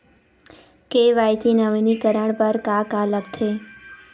KYC नवीनीकरण बर का का लगथे?